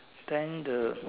then the